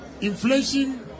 inflation